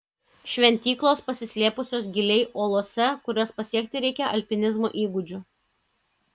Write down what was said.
šventyklos pasislėpusios giliai uolose kurias pasiekti reikia alpinizmo įgūdžių